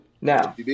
Now